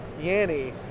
Yanny